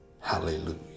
Hallelujah